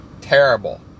terrible